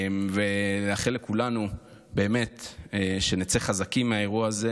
ולאחל לכולנו שנצא חזקים מהאירוע הזה.